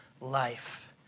life